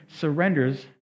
surrenders